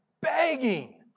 begging